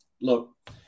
Look